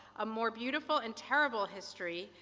a more beautiful and terrible history,